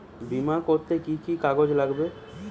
বিমা করতে কি কি কাগজ লাগবে?